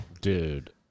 Dude